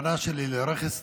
הכוונה שלי לרכס תפן,